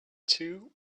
two